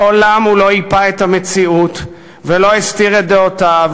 מעולם הוא לא ייפה את המציאות ולא הסתיר את דעותיו.